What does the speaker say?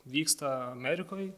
vyksta amerikoj